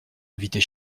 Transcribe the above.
invités